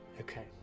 Okay